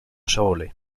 charolais